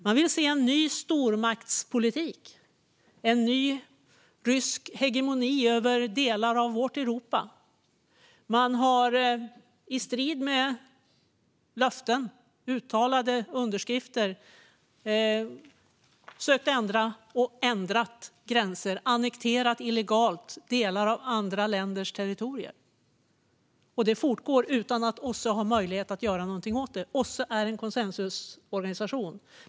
Man vill se en ny stormaktspolitik och en ny rysk hegemoni över delar av vårt Europa. I strid med löften, uttalade och underskrivna, har man sökt ändra och ändrat gränser. Man har illegalt annekterat delar av andra länders territorier. Detta fortgår utan att OSSE har möjlighet att göra något åt det. OSSE är en konsensusorganisation.